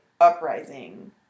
uprising